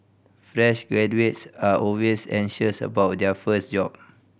fresh graduates are always anxious about their first job